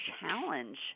challenge